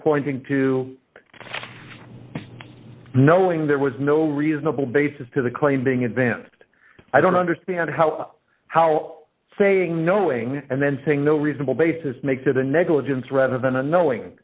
pointing to knowing there was no reasonable basis to the claim being advanced i don't understand how how saying knowing and then saying no reasonable basis makes it a negligence rather than a knowing